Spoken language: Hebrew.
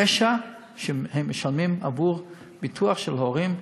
פשע שהם משלמים עבור ביטוח של הורים,